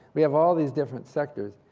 we have all these different sectors.